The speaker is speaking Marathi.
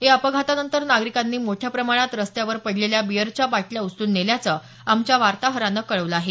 या अपघातानंतर नागरिकांनी मोठ्या प्रमाणात रस्त्यावर पडलेल्या बियरच्या बाटल्या उचलून नेल्याचं आमच्या वार्ताहरान कळवलं आहे